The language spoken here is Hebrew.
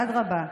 אדרבה,